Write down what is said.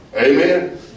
Amen